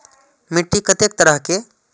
मिट्टी कतेक तरह के?